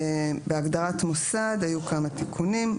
"מוסד" כמה תיקונים.